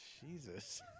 Jesus